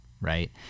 right